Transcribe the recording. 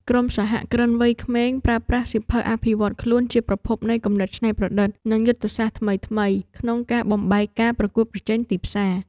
ក្រុមសហគ្រិនវ័យក្មេង ប្រើប្រាស់សៀវភៅអភិវឌ្ឍខ្លួនជាប្រភពនៃគំនិតច្នៃប្រឌិត និងយុទ្ធសាស្ត្រថ្មីៗក្នុងការបំបែកការប្រកួតប្រជែងទីផ្សារ។